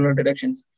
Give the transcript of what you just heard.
deductions